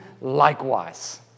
likewise